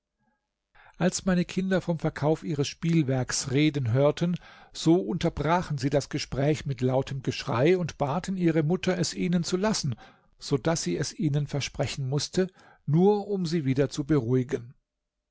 als meine kinder vom verkauf ihres spielwerks reden hörten so unterbrachen sie das gespräch mit lautem geschrei und baten ihre mutter es ihnen zu lassen so daß sie es ihnen versprechen mußte nur um sie wieder zu beruhigen